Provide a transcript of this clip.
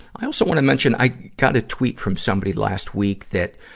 i also want to mention. i got a tweet from somebody last week that,